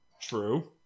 True